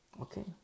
Okay